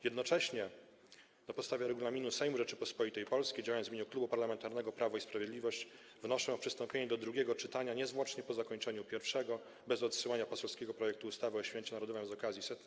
Jednocześnie na podstawie regulaminu Sejmu Rzeczypospolitej Polskiej, działając w imieniu Klubu Parlamentarnego Prawo i Sprawiedliwość, wnoszę o przystąpienie do drugiego czytania niezwłocznie po zakończeniu pierwszego, bez odsyłania poselskiego projektu ustawy o Święcie Narodowym z okazji 100.